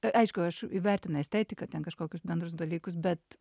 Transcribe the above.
e aišku aš įvertinu estetiką ten kažkokius bendrus dalykus bet